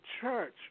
church